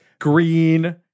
green